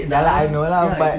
ya lah I know lah but